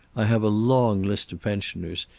i have a long list of pensioners,